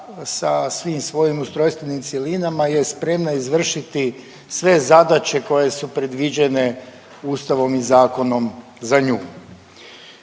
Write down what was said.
sa svim svojim ustrojstvenim cjelinama je spremna izvršiti sve zadaće koje su predviđene Ustavom i zakonom za nju.